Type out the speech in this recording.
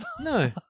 No